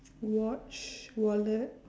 watch wallet